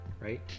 right